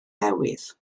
newydd